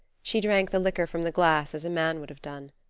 she drank the liquor from the glass as a man would have done.